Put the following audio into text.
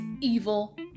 evil